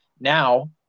now